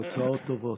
תוצאות טובות.